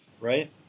Right